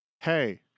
hey